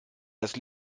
das